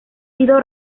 sido